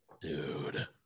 dude